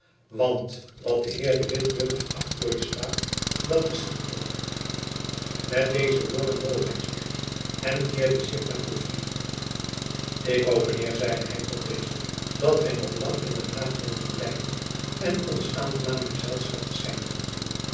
want wat de heer de witt nuttig acht voor den staat dat geschiedt ook met deze woorden boog hy zich en keerde zich naar gourville ik hoop mijn heer zeide hy tot dezen dat gy nog lang in den haag denkt te blijven en ons uw aangenaam gezelschap te schenken